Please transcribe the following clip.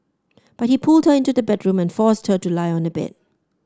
but he pulled her into the bedroom and forced her to lie on a bed